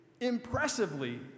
impressively